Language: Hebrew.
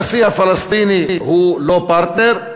הנשיא הפלסטיני הוא לא פרטנר,